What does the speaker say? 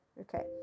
Okay